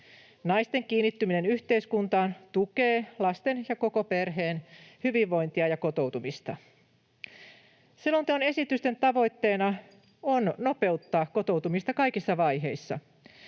Naisten kiinnittyminen yhteiskuntaan tukee lasten ja koko perheen hyvinvointia ja kotoutumista. Selonteon esitysten tavoitteena on nopeuttaa kotoutumista kaikissa vaiheissa.